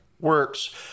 works